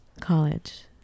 college